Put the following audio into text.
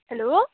hello